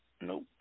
Nope